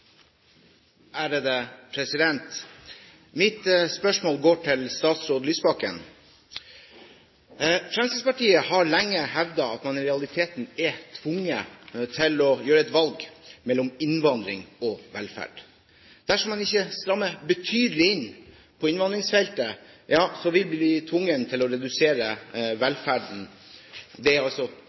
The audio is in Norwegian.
er klare til å starte den muntlige spørretimen. Vi starter da med første hovedspørsmål, fra representanten Per-Willy Amundsen. Mitt spørsmål går til statsråd Lysbakken. Fremskrittspartiet har lenge hevdet at man i realiteten er tvunget til å gjøre et valg mellom innvandring og velferd. Dersom man ikke strammer betydelig inn på innvandringsfeltet, vil vi bli tvunget til å redusere